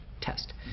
test